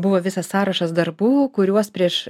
buvo visas sąrašas darbų kuriuos prieš